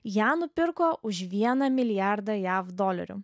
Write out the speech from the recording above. ją nupirko už vieną milijardą jav dolerių